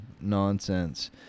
nonsense